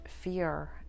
fear